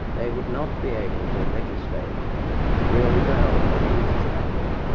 they would not be able to legislate really well for human society.